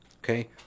okay